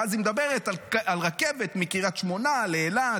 ואז היא מדברת על רכבת מקריית שמונה לאילת,